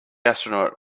astronaut